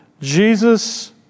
Jesus